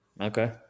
Okay